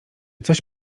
coś